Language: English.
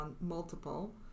multiple